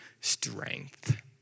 strength